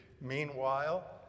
Meanwhile